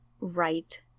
right